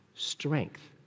Strength